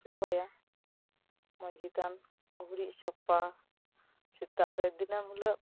ᱫᱚᱦᱚᱭᱟ ᱢᱟᱡᱷᱤ ᱛᱷᱟᱱ ᱜᱩᱨᱤᱡ ᱥᱟᱯᱟ ᱥᱮᱛᱟᱜ ᱨᱮ ᱫᱤᱱᱟᱹᱢ ᱦᱤᱞᱳᱜ